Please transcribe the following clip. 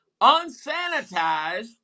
unsanitized